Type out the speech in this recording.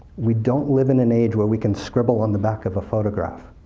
we don't live in an age where we can scribble on the back of a photograph,